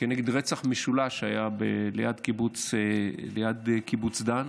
כנגד רצח משולש שהיה ליד קיבוץ דן,